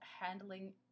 handling